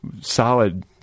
solid